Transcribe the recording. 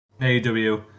AW